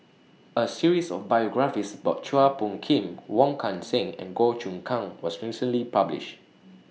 A series of biographies about Chua Phung Kim Wong Kan Seng and Goh Choon Kang was recently published